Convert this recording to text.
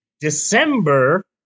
December